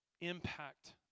impact